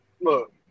Look